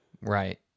Right